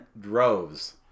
droves